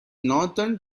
northern